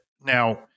Now